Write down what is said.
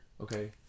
okay